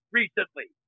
recently